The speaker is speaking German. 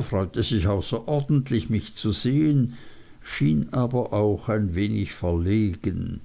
freute sich außerordentlich mich zu sehen schien aber auch ein wenig verlegen